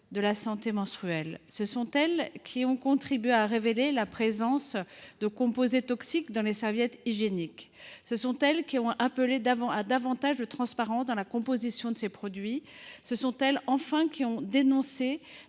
de la santé menstruelle. Ce sont elles qui ont contribué à révéler la présence de composés toxiques dans les serviettes hygiéniques. Ce sont elles qui ont appelé à davantage de transparence dans la composition de ces produits. Ce sont elles, enfin, qui ont dénoncé